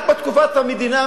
רק בתקופת המדינה,